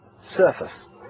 surface